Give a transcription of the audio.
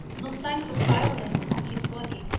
no signs of violence on his body.